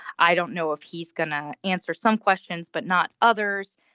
i don't know if he's going to answer some questions but not others.